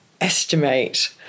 estimate